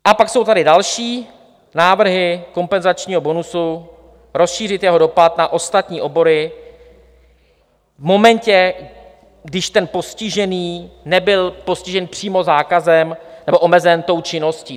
A pak jsou tady další návrhy kompenzačního bonusu, rozšířit jeho dopad na ostatní obory v momentě, když ten postižený nebyl postižen přímo zákazem nebo omezen tou činností.